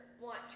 want